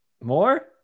more